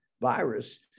virus